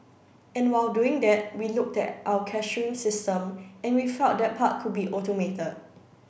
and while doing that we looked at our cashiering system and we felt that part could be automated